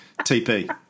TP